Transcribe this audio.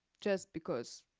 just because.